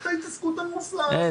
למשרד הכלכלה את ההתעסקות המופלאה הזו.